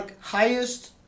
highest